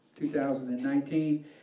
2019